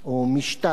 או מִשְׁתָּל,